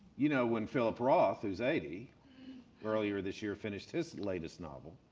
you know when philip roth who's eighty earlier this year finished his latest novel,